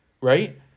right